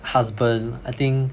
husband I think